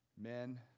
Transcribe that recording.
Men